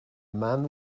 man